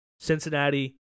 Cincinnati